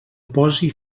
posi